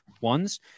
ones